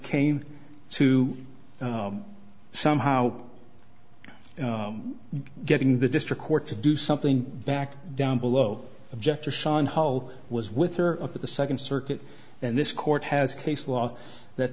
came to somehow getting the district court to do something back down below objector sean hall was with her up at the second circuit and this court has case law that